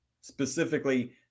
specifically